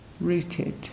rooted